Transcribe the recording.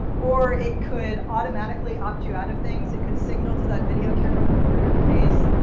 or it could automatically opt you out of things. it could signal to that video camera to blur your face.